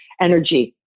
energy